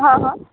હા હા